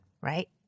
right